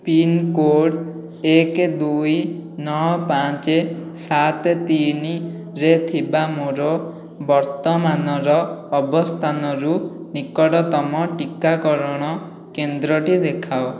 pin code ଏକ ଦୁଇ ନଅ ପାଞ୍ଚ ସାତ ତିନିରେ ଥିବା ମୋର ବର୍ତ୍ତମାନର ଅବସ୍ଥାନରୁ ନିକଟତମ ଟିକାକରଣ କେନ୍ଦ୍ରଟି ଦେଖାଅ